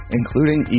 including